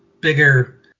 bigger